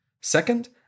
Second